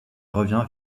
revient